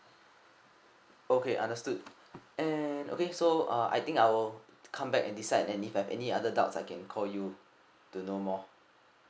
okay understood and okay so uh I think I will come back and decide and if I have any other doubts I can call you to know more